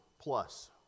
plus